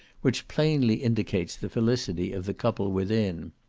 which plainly indicates the felicity of the couple within.